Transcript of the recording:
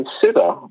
consider